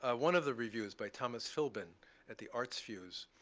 ah one of the reviews, by thomas filbin at the arts fuse,